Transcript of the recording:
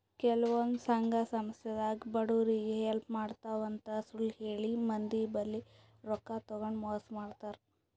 ಕೆಲವಂದ್ ಸಂಘ ಸಂಸ್ಥಾದಾಗ್ ಬಡವ್ರಿಗ್ ಹೆಲ್ಪ್ ಮಾಡ್ತಿವ್ ಅಂತ್ ಸುಳ್ಳ್ ಹೇಳಿ ಮಂದಿ ಬಲ್ಲಿ ರೊಕ್ಕಾ ತಗೊಂಡ್ ಮೋಸ್ ಮಾಡ್ತರ್